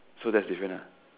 so that's different ah